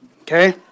Okay